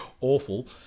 awful